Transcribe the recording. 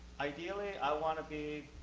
ideally, i want to be